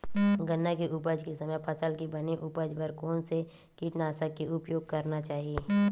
गन्ना के उपज के समय फसल के बने उपज बर कोन से कीटनाशक के उपयोग करना चाहि?